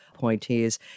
appointees